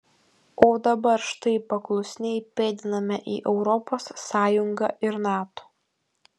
o dabar štai paklusniai pėdiname į europos sąjungą ir nato